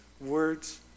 words